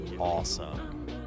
Awesome